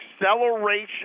acceleration